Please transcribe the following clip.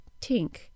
tink